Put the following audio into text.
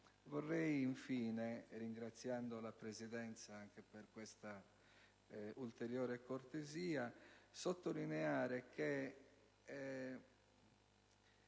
Vorrei infine, ringraziando la Presidenza anche per questa ulteriore cortesia, sottolineare che